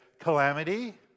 calamity